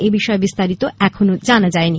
এ বিষয়ে বিস্তারিত এখনও জানা যায়নি